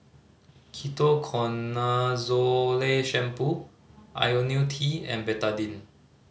Ketoconazole Shampoo Ionil T and Betadine